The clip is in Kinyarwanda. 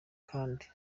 kandi